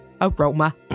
aroma